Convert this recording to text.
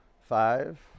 Five